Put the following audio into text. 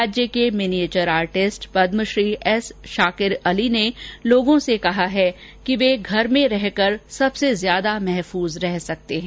राज्य के miniature artist Padma Shri S Shakir Ali ने लोगों से कहा है कि वे घर में रहकर सबसे ज्यादा महफूज रह सकते हैं